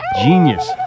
genius